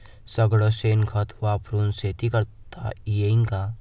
सगळं शेन खत वापरुन शेती करता येईन का?